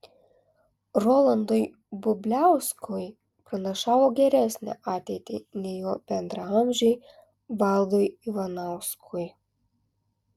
rolandui bubliauskui pranašavo geresnę ateitį nei jo bendraamžiui valdui ivanauskui